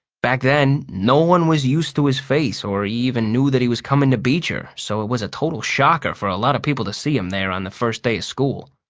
back then, no one was used to his face or even knew that he was coming to beecher, so it was a total shocker for a lot of people to see him there on the first day of school.